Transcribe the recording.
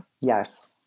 yes